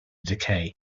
decay